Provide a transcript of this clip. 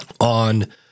on